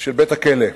של בית-הכלא.